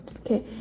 Okay